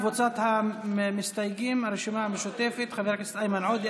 קבוצת המסתייגים מהרשימה המשותפת: חברי הכנסת איימן עודה,